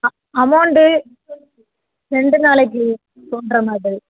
அ amount ரெண்டு நாளைக்கு பண்ணுற மாதிரி